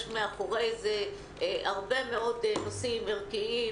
יש מאחורי זה הרבה מאוד נושאים ערכיים,